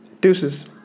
Deuces